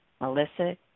Melissa